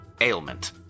ailment